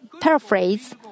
paraphrase